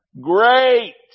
Great